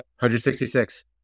166